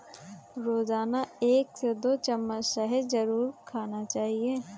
रोजाना एक से दो चम्मच शहद जरुर खाना चाहिए